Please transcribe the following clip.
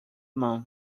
month